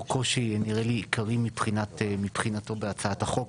קושי נראה לי עיקרי מבחינתו בהצעת החוק.